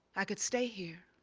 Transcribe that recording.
i could stay here